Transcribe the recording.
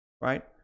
right